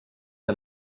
que